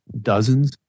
dozens